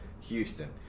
Houston